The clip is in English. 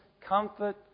comfort